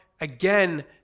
again